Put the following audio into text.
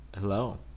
hello